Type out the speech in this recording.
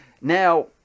now